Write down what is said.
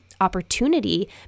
Opportunity